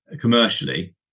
commercially